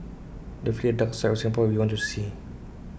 definitely A dark side of Singapore we want to see